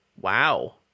Wow